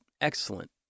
excellent